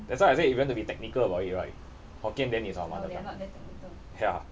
that's why I said if you want to be technical about it right hokkien then is our mother tongue ya